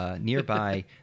nearby